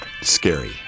scary